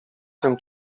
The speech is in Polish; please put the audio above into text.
tym